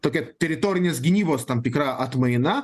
tokia teritorinės gynybos tam tikra atmaina